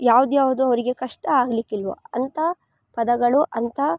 ಯಾವ್ದು ಯಾವುದೋ ಅವರಿಗೆ ಕಷ್ಟ ಆಗಲಿಕ್ಕಿಲ್ವೊ ಅಂಥ ಪದಗಳು ಅಂಥ